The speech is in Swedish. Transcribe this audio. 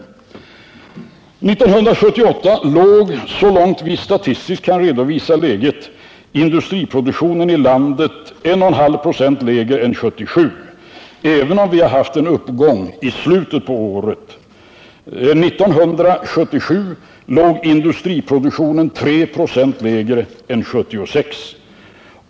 1978 låg, så långt vi statistiskt kan redovisa läget, industriproduktionen i landet 1,5 96 lägre än 1977, även om vi hade en uppgång i slutet av året. 1977 låg industriproduktionen 3 96 lägre än 1976.